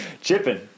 Chipping